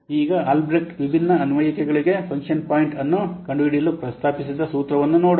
ಈಗ ಆಲ್ಬ್ರೆಕ್ಟ್ ವಿಭಿನ್ನ ಅನ್ವಯಿಕೆಗಳಿಗೆ ಫಂಕ್ಷನ್ ಪಾಯಿಂಟ್ ಅನ್ನು ಕಂಡುಹಿಡಿಯಲು ಪ್ರಸ್ತಾಪಿಸಿದ ಸೂತ್ರವನ್ನುನೋಡೋಣ